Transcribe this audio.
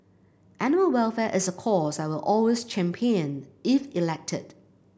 animal welfare is a cause I will always champion if elected